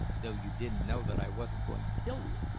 though you didn't know that i wasn't going to kill you.